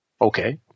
Okay